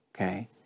okay